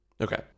Okay